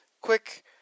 quick